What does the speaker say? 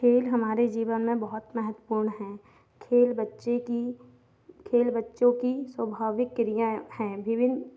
खेल हमारे जीवन में बहुत महत्वपूर्ण हैं खेल बच्चे की खेल बच्चों की स्वाभाविक क्रिया है विभिन्न